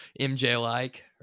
MJ-like